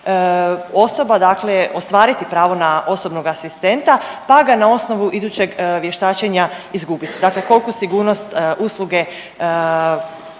osoba ostvariti pravo na osobnog asistenta pa ga na osnovu idućeg vještačenja izgubite, dakle koliku sigurnost usluge